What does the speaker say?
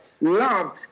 love